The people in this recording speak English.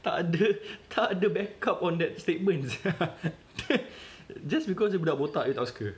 tak ada tak ada backup on that statement just because dia budak botak you tak suka